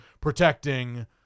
protecting